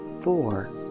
four